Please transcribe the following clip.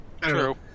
True